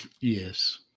Yes